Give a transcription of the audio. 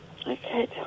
Okay